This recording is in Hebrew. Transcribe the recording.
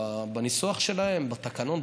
בניסוח שלהם בתקנון,